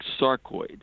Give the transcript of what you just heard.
sarcoid